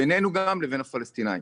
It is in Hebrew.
בינינו לבין הפלסטינאים.